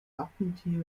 wappentier